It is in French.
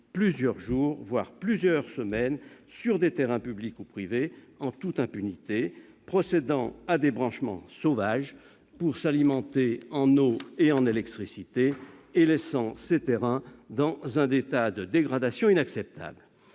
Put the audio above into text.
plusieurs jours, voire plusieurs semaines, sur des terrains publics ou privés, en toute impunité, procédant à des branchements sauvages pour s'alimenter en eau et en électricité et laissant ces terrains dans un état de dégradation inacceptable.